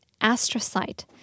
astrocyte